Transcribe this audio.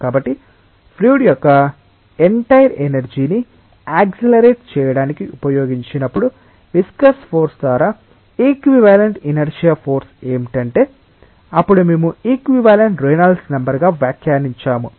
కాబట్టి ఫ్లూయిడ్ యొక్క entire energy ని యాక్సిలరెట్ చేయడానికి ఉపయోగించినప్పుడు విస్కస్ ఫోర్సు ద్వారా ఈక్వివాలెంట్ ఇనర్శియా ఫోర్సు ఏమిటంటే అప్పుడు మేము ఈక్వివాలెంట్ రేనాల్డ్స్ నెంబర్ గా వ్యాఖ్యానించాము